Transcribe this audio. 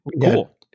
Cool